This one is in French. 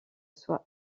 soit